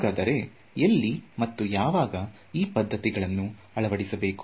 ಹಾಗಾದರೆ ಎಲ್ಲಿ ಮತ್ತು ಯಾವಾಗ ಯಾವ ಪದ್ಧತಿಯನ್ನು ಅಳವಡಿಸಬೇಕು